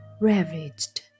ravaged